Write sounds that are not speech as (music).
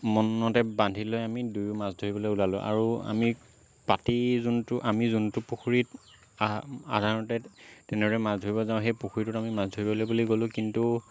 মনতে বান্ধি লৈ আমি দুয়ো মাছ ধৰিবলৈ ওলালো আৰু আমি পাতি যোনটো আমি যোনটো পুখুৰীত (unintelligible) সাধাৰণতে তেনেদৰে মাছ ধৰিব যাও সেই পুখুৰীটোত আমি মাছ ধৰিবলৈ বুলি গ'লো কিন্তু